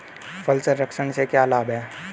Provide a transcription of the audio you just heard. फल संरक्षण से क्या लाभ है?